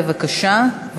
בבקשה,